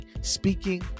speaking